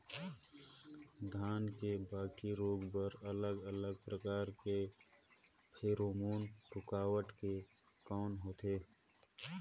धान के बाकी रोग बर अलग अलग प्रकार के फेरोमोन रूकावट के कौन होथे?